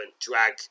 drag